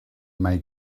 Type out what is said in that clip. mae